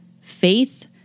faith